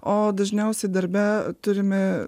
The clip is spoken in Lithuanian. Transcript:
o dažniausiai darbe turime